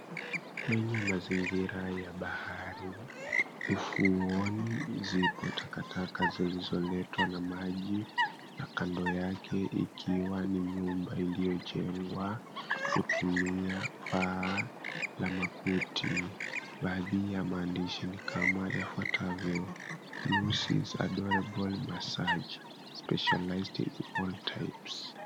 Kwenye mazingira ya bahari, ufuoni ziko takataka zilizoletwa na maji, na kando yake ikiwa ni nyumba iliyojengwa kutumia paa la makuti. Baadhi ya maandishi ni kama yafuatavyo, "Lucy's adorable massage specialised in all types".